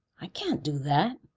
i can't do that.